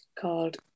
called